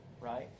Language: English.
Right